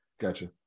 Gotcha